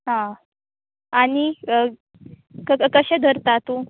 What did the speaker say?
हां आनी कशें धरता तूं